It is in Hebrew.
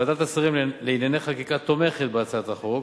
ועדת השרים לענייני חקיקה תומכת בהצעת החוק,